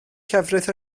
llefrith